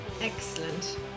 excellent